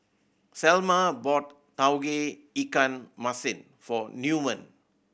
Selma bought Tauge Ikan Masin for Newman